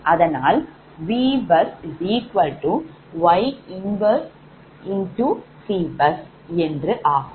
அதனால் VbusY 1busCbus என்று ஆகும்